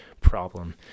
problem